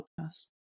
podcast